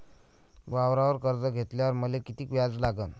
वावरावर कर्ज घेतल्यावर मले कितीक व्याज लागन?